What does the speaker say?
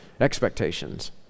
Expectations